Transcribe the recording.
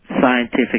scientific